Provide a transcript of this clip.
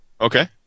Okay